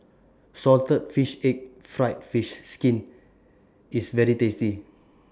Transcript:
Salted Fish Egg Fried Fish Skin IS very tasty